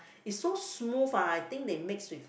it's so smooth ah I think they mix with